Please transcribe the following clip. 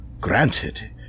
Granted